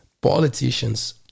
politicians